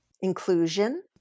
inclusion